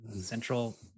central